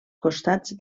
costats